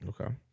Okay